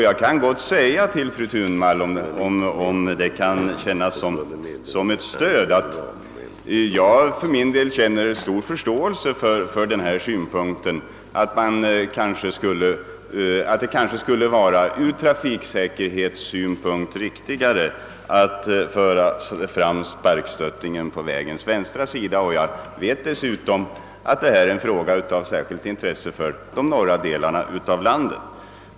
Jag kan gott säga till fru Thunvall, om det kan kännas som ett stöd, att jag för min del känner stor förståelse för synpunkten att det kanske ur trafiksäkerhetssynpunkt skulle vara riktigare att föra fram sparkstöttingen på vägens vänstra sida. Jag vet dessutom att detta är en fråga av särskilt intresse för de norra delarna av landet.